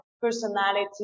personality